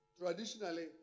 Traditionally